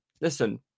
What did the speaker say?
listen